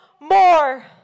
more